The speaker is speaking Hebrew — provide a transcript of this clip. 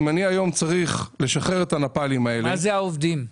אם אני היום צריך לשחרר את הנפאלים האלה --- מה זה העובדים?